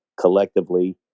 collectively